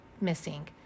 missing